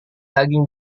daging